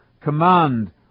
command